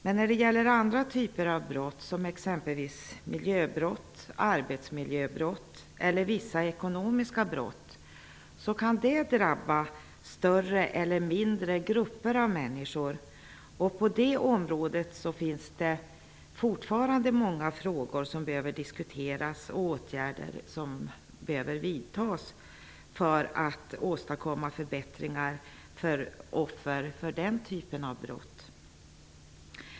Men när det gäller andra typer av brott -- t.ex. miljöbrott, arbetsmiljöbrott eller vissa ekonomiska brott -- kan dessa drabba större eller mindre grupper av människor. På det området finns det fortfarande många frågor som behöver diskuteras och åtgärder som behöver vidtas för att man skall kunna åstadkomma förbättringar för dem som blir offer för den typen av brott.